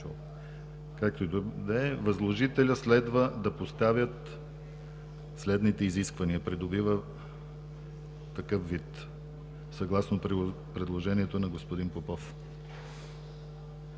повече от”, „възложителят следва да поставя следните изисквания” – придобива такъв вид, съгласно предложението на господин Попов.